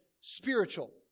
spiritual